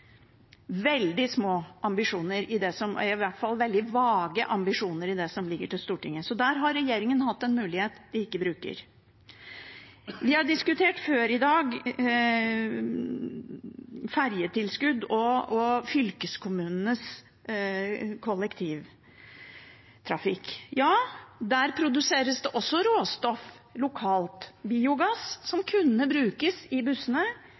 veldig små – i hvert fall veldig vage – ambisjoner i det som ligger i Stortinget, så der har regjeringen hatt en mulighet de ikke bruker. Vi har før i dag diskutert ferjetilskudd og fylkeskommunenes kollektivtrafikk. Ja, det produseres også råstoff lokalt, biogass som kunne blitt brukt i bussene,